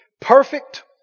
perfect